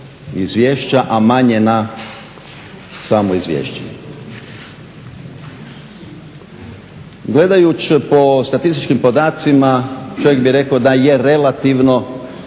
izvješća, a manje na samo izvješće. Gledajuć po statističkim podacima čovjek bi rekao da je relativno